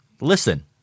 listen